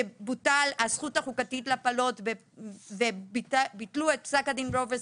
שבוטלה הזכות החוקתית להפלות וביטלו את פסק הדין Roe v.